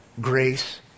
grace